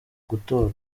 gutorwa